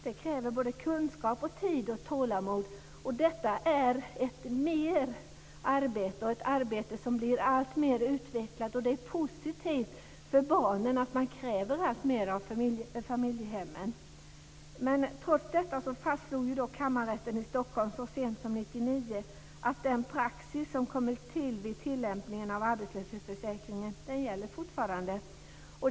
Det kräver kunskap, tid och tålamod. Detta är ett arbete som bli alltmer utvecklat, och det är positivt för barnen att man kräver alltmer av familjehemmen. Trots detta fastslog Kammarrätten i Stockholm så sent som 1999 att den praxis som kommit till vid tillämpningen av arbetslöshetsförsäkringen fortfarande gäller.